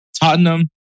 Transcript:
Tottenham